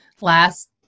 last